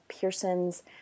Pearson's